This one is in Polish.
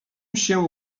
się